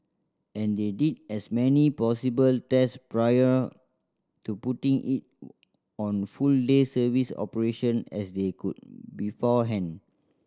and they did as many possible test prior to putting it on full day service operation as they could beforehand